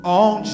on